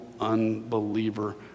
unbeliever